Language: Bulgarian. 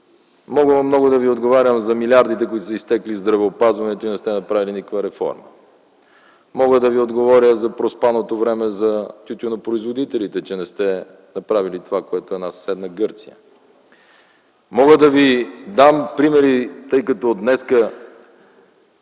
Мога много да Ви отговарям за милиардите, които са изтекли в здравеопазването, и не сте направили никаква реформа. Мога да Ви отговоря за проспаното време за тютюнопроизводителите, че не сте направили това, което направи една съседна Гърция. Мога да Ви дам примери, тъй като днес